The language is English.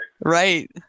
Right